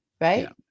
right